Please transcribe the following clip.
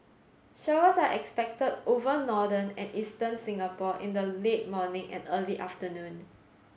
showers are expected over northern and eastern Singapore in the late morning and early afternoon